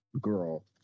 Girl